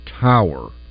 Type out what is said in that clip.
tower